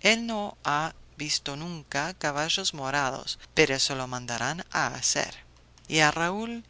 el no ha visto nunca caballos morados pero se lo mandarán a hacer y a raúl